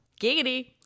Giggity